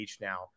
now